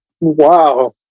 Wow